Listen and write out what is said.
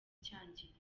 cyangirika